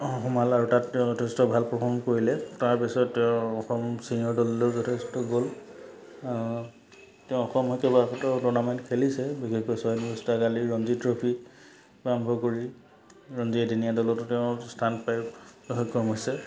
সোমাল আৰু তাত তেওঁ যথেষ্ট ভাল পাৰফৰ্ম কৰিলে তাৰপিছত তেওঁৰ অসম চিনিয়ৰ দললৈ যথেষ্ট গ'ল তেওঁ অসমত কেইবাখনো টুৰ্ণামেণ্ট খেলিছে বিশেষকৈ ৰঞ্জী ট্ৰফি আৰম্ভ কৰি ৰঞ্জী এদিনীয়া দলতো তেওঁ স্থান পায় সক্ষম হৈছে